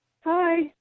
Hi